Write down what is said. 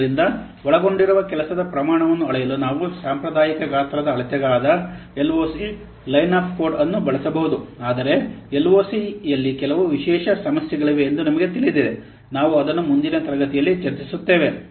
ಆದ್ದರಿಂದ ಒಳಗೊಂಡಿರುವ ಕೆಲಸದ ಪ್ರಮಾಣವನ್ನು ಅಳೆಯಲು ನಾವು ಸಾಂಪ್ರದಾಯಿಕ ಗಾತ್ರದ ಅಳತೆಗಳಾದ LOC line of code 'lines of code' ಅನ್ನು ಬಳಸಬಹುದು ಆದರೆ ಆದರೆ LOC ಯಲ್ಲಿ ಕೆಲವು ವಿಶೇಷ ಸಮಸ್ಯೆಗಳಿವೆ ಎಂದು ನಮಗೆ ತಿಳಿದಿದೆ ನಾವು ಅದನ್ನು ಮುಂದಿನ ತರಗತಿಯಲ್ಲಿ ಚರ್ಚಿಸುತ್ತೇವೆ